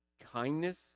kindness